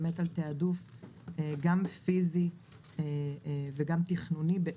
באמת על תעדוף גם פיזי וגם תכנוני,